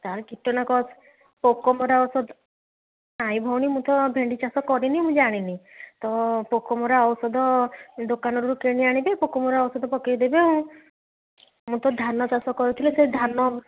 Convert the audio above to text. ତା'ର କୀଟ ନା ପୋକମରା ଔଷଧ ନା ଭଉଣୀ ମୁଁ ତ ଭେଣ୍ଡି ଚାଷ କରିନି ମୁଁ ଜାଣିନି ତ ପୋକମରା ଔଷଧ ଦୋକାନରୁ କିଣି ଆଣିବେ ପୋକ ମରା ଔଷଧ ପକେଇ ଦେବେ ଆଉ ମୁଁ ତ ଧାନଚାଷ କରିଥିଲି ସେ ଧାନ